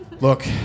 Look